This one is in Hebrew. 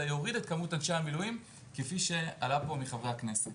אלא יוריד את כמות אנשי המילואים כפי שעלה פה מחברי הכנסת.